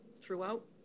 throughout